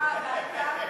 אה, ואתה?